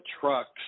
trucks